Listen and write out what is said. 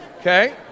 okay